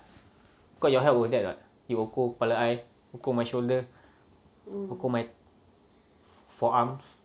got your help with that ah you ukur kepala ukur shoulder ukur my forearms